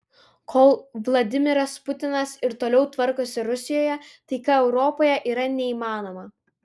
kol vladimiras putinas ir toliau tvarkosi rusijoje taika europoje yra neįmanoma